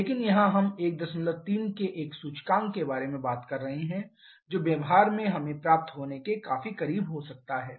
लेकिन यहां हम 13 के एक सूचकांक के बारे में बात कर रहे हैं जो व्यवहार में हमें प्राप्त होने के काफी करीब हो सकता है